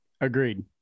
Agreed